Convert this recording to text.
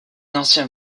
ancien